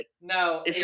No